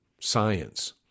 science